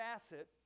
facet